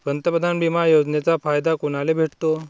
पंतप्रधान बिमा योजनेचा फायदा कुनाले भेटतो?